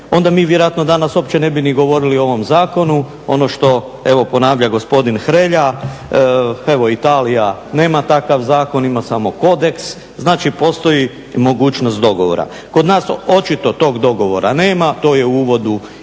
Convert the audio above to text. onda mi vjerojatno danas uopće ne bi ni govorili o ovom zakonu. Ono što evo ponavlja gospodin Hrelja, evo Italija nema takav zakon ima samo kodeks, znači postoji mogućnost dogovora. Kod nas očito tog dogovora nema, to je u uvodu i